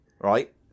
Right